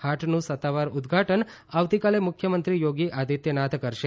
હાટનું સત્તાવાર ઉદઘાટન આવતીકાલે મુખ્યમંત્રી યોગી આદિત્યનાથ કરશે